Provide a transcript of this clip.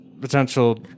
potential